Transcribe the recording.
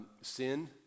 sin